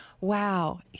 wow